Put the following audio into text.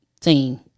team